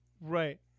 Right